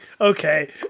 Okay